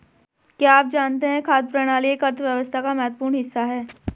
क्या आप जानते है खाद्य प्रणाली एक अर्थव्यवस्था का महत्वपूर्ण हिस्सा है?